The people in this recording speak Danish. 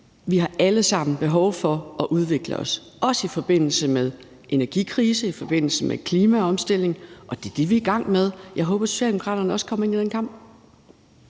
at vi alle sammen har et behov for at udvikle os, også i forbindelse med en energikrise og i forbindelse med en klimaomstilling, og det er det, vi er i gang med, og jeg håber, at Socialdemokraterne også kommer ind i den kamp.